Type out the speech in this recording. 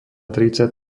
tridsať